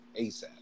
ASAP